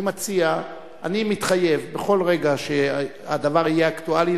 אני מתחייב בכל רגע שהדבר יהיה אקטואלי,